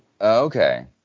okay